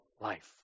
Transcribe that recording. life